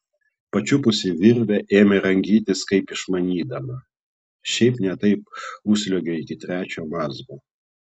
pačiupusi virvę ėmė rangytis kaip išmanydama šiaip ne taip užsliuogė iki trečio mazgo